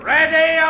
Ready